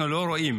אנחנו לא רואים.